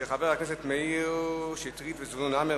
של חברי הכנסת מאיר שטרית וזבולון אורלב.